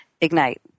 Ignite